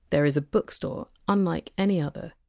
there is a bookstore unlike any other.